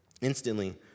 Instantly